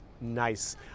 nice